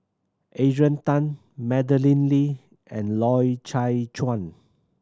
Adrian Tan Madeleine Lee and Loy Chye Chuan